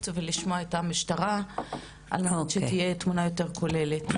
לשמוע את המשטרה על מנת שתהיה תמונה יותר כוללת.